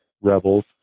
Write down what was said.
rebels